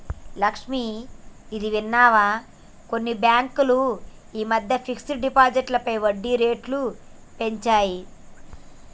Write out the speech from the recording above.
లక్ష్మి, ఇది విన్నావా కొన్ని బ్యాంకులు ఈ మధ్యన ఫిక్స్డ్ డిపాజిట్లపై వడ్డీ రేట్లు పెంచాయి